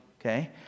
Okay